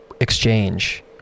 exchange